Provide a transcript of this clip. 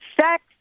sex